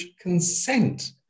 consent